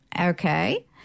Okay